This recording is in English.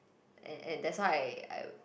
and and that's why I I